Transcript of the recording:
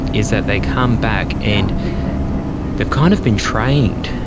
is that they come back, and they've kind of been trained,